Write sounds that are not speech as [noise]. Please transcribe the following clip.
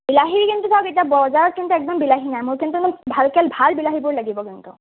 বিলাহী কিন্তু চাওক এতিয়া বজাৰত কিন্তু একদম বিলাহী নাই মোক কিন্তু [unintelligible] ভালকে ভাল বিলাহীবোৰ লাগিব কিন্তু